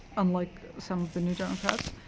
unlike some of the new democrats.